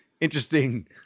interesting